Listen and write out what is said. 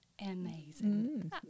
amazing